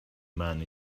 man